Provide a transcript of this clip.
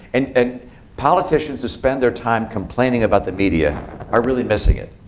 and politicians who spend their time complaining about the media are really missing it.